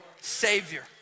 Savior